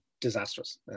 disastrous